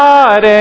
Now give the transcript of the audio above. God